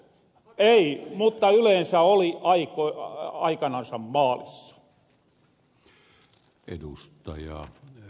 ei mutta yleensä oli aikanansa maalissa